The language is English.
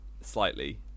slightly